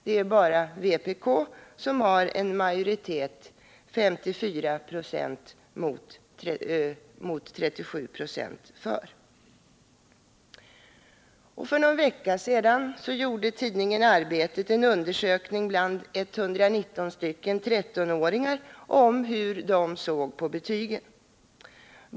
Det är bara vpk som har en majoritet, 54 26, mot betyg och 37 96 för. För någon vecka sedan gjorde tidningen Arbetet en undersökning bland 119 13-åringar om hur de såg på betygen.